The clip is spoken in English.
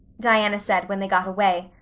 diana said when they got away.